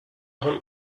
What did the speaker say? hunt